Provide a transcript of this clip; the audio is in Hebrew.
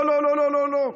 לא לא לא לא לא.